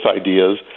ideas